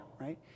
right